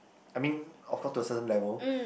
I mean of course to a certain level